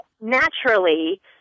naturally